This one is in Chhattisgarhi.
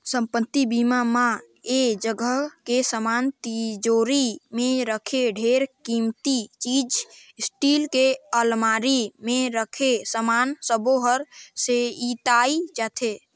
संपत्ति बीमा म ऐ जगह के समान तिजोरी मे राखे ढेरे किमती चीच स्टील के अलमारी मे राखे समान सबो हर सेंइताए जाथे